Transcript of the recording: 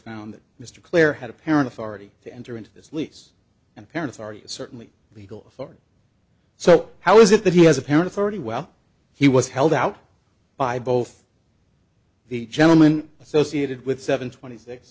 found that mr clear had apparent authority to enter into this lease and parents are certainly we go forward so how is it that he has a parent already well he was held out by both the gentlemen associated with seven twenty six